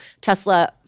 Tesla –